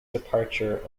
departure